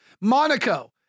Monaco